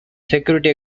security